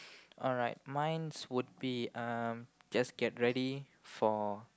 alright mine would be um just get ready for